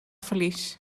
verlies